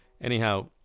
Anyhow